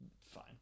Fine